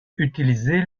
utiliser